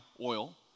oil